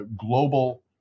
global